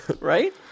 Right